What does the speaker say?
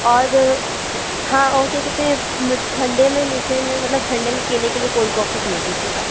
और हाँ और के कितने ठंडे में मीठे में मतलब ठंडे में पीने के लिए कोल्ड कॉफी भेज दीजिएगा